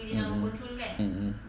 mm mm mm mm